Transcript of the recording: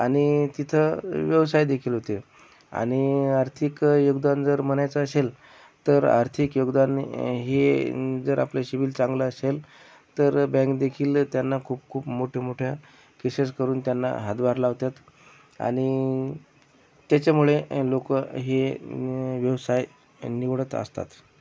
आणि तिथं व्यवसाय देखील होते आणि आर्थिक योगदान जर म्हणायचं असेल तर आर्थिक योगदान हे जरं आपलं शिबील चांगलं असेल तर बँक देखील त्यांना खूप खूप मोठया मोठया केसेस करून त्यांना हातभार लावतात आणि त्याच्यामुळे लोक हे व्यवसाय निवडत असतात